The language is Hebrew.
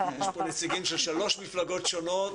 יש פה נציגים של שלוש מפלגות שונות